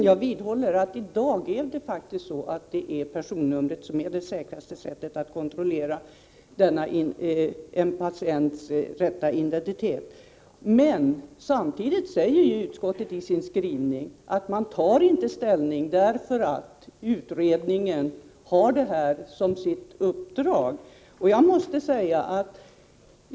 Fru talman! Jag vidhåller att personnumret i dag är det säkraste sättet att kontrollera en persons rätta identitet. Men samtidigt säger utskottet i sin skrivning att man inte tar ställning, eftersom utredningen har detta uppdrag.